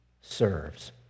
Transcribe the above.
serves